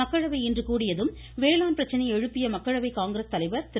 மக்களவை இன்று கூடியதும் வேளாண் பிரச்சனையை எழுப்பிய மக்களவை காங்கிரஸ் தலைவர் திரு